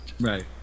right